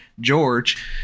George